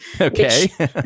Okay